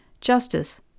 justice